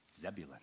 Zebulun